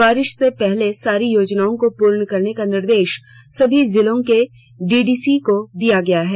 बारिश के पहले सारी योजनाओं को पूर्ण करने का निर्देश सभी जिलों के डीडीसी को दिया गया है